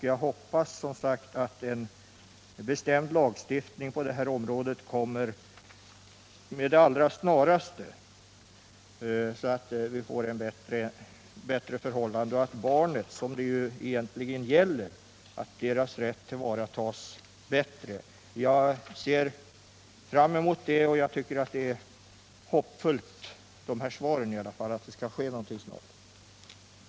Jag hoppas att en ny lagstiftning på detta område med det snaraste kommer till stånd, där barnens rätt — det är ju den det gäller — bättre tillvaratas. Jag ser fram mot det. Jag tycker i alla fall att svaren inger hopp om att det snart skall ske någonting på detta område.